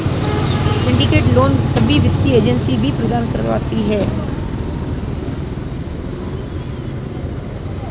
syndicate loan सभी वित्तीय agency भी प्रदान करवाती है